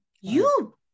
you-